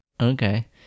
Okay